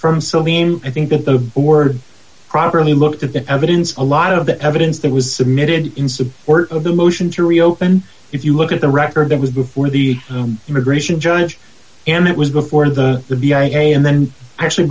mean i think that the word properly looked at the evidence a lot of the evidence that was submitted in support of the motion to reopen if you look at the record that was before the immigration judge and it was before the the v a and then actually